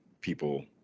people